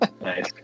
Nice